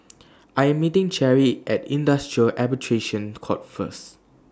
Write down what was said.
I Am meeting Cherry At Industrial Arbitration Court First